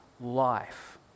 life